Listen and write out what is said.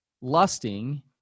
lusting